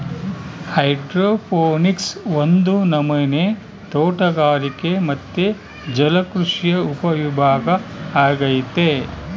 hydroponics ಒಂದು ನಮನೆ ತೋಟಗಾರಿಕೆ ಮತ್ತೆ ಜಲಕೃಷಿಯ ಉಪವಿಭಾಗ ಅಗೈತೆ